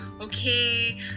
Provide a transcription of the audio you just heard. okay